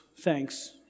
thanks